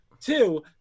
two